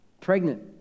pregnant